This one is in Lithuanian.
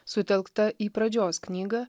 sutelktą į pradžios knygą